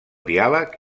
diàleg